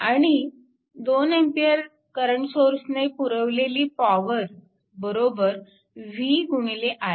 आणि 2A current सोर्सने पुरवलेली पॉवर बरोबर v गुणिले i